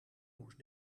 moest